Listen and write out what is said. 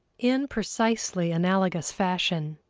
in precisely analogous fashion,